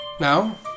now